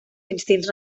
instints